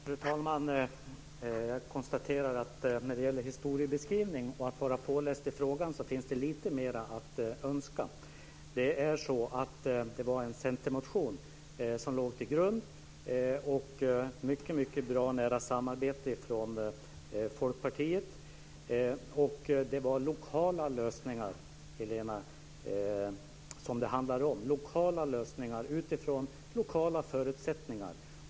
Fru talman! Jag konstaterar att när det gäller historieskrivning och att vara påläst i frågan finns det lite mer att önska. Det var en centermotion som låg till grund för detta. Vi hade ett mycket bra och nära samarbete med Folkpartiet. Det handlade om lokala lösningar utifrån lokala förutsättningar.